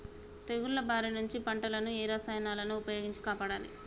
తెగుళ్ల బారి నుంచి పంటలను ఏ రసాయనాలను ఉపయోగించి కాపాడాలి?